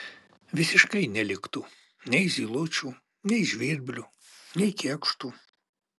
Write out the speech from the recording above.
visiškai neliktų nei zylučių nei žvirblių nei kėkštų